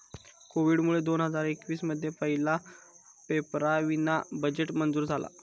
कोविडमुळे दोन हजार एकवीस मध्ये पहिला पेपरावीना बजेट मंजूर झाला